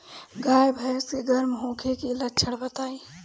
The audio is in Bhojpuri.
गाय भैंस के गर्म होखे के लक्षण बताई?